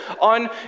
on